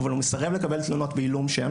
אבל הוא מסרב לקבל תלונות בעילום שם,